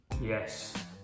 yes